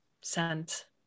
sent